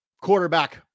Quarterback